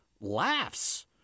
laughs